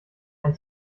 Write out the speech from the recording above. ein